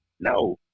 No